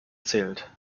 zählt